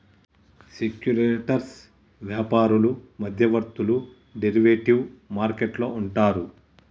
speculators వ్యాపారులు మధ్యవర్తులు derivative market లో ఉంటారు